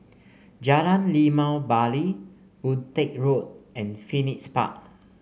Jalan Limau Bali Boon Teck Road and Phoenix Park